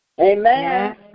Amen